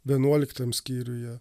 vienuoliktam skyriuje